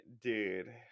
dude